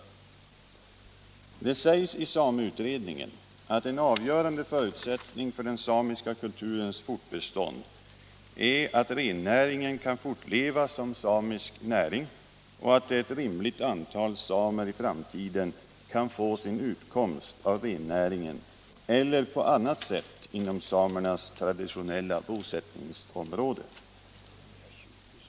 Det sägs i sameutredningen att en avgörande förutsättning för den samiska kulturens fortbestånd är att rennäringen kan fortleva som samisk näring och att ett rimligt antal samer i framtiden kan få sin utkomst av rennäringen eller på annat sätt inom samernas traditionella bosättningsområde.